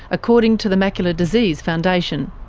according to the macular disease foundation.